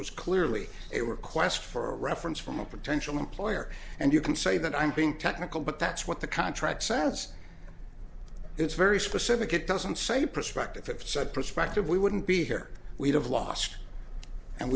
was clearly a request for a reference from a potential employer and you can say that i'm being technical but that's what the contract says it's very specific it doesn't say prospective it said prospective we wouldn't be here we'd have lost and